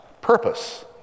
purpose